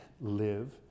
live